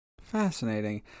Fascinating